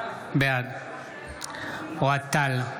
בעד אוהד טל,